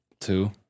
two